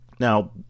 Now